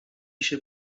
się